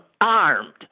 armed